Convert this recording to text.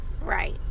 Right